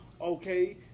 Okay